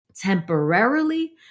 temporarily